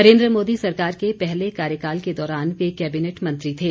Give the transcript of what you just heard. नरेंद्र मोदी सरकार के पहले कार्यकाल के दौरान वे कैबिनेट मंत्री थे